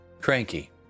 Cranky